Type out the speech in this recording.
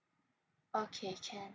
okay can